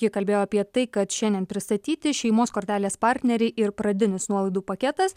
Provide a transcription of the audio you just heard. ji kalbėjo apie tai kad šiandien pristatyti šeimos kortelės partneriai ir pradinis nuolaidų paketas